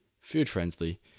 food-friendly